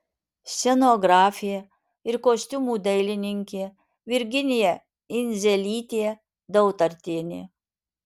scenografė ir kostiumų dailininkė virginija idzelytė dautartienė